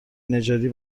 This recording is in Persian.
نژادی